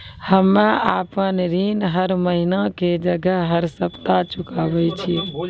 हम्मे आपन ऋण हर महीना के जगह हर सप्ताह चुकाबै छिये